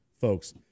folks